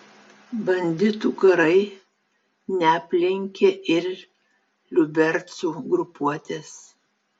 banditų karai neaplenkė ir liubercų grupuotės